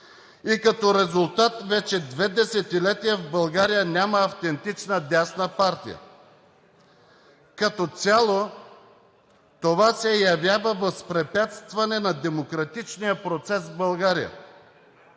и като резултат вече две десетилетия в България няма автентична дясна партия. Като цяло това се явява възпрепятстване на демократичния процес в България.